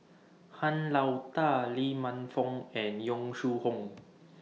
Han Lao DA Lee Man Fong and Yong Shu Hoong